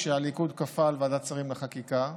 שהליכוד כפה על ועדת שרים לחקיקה.